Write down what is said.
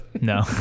no